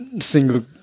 single